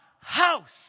house